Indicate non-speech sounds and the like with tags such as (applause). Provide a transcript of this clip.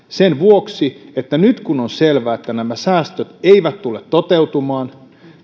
(unintelligible) sen vuoksi että nyt kun on selvää että nämä säästöt eivät tule toteutumaan ja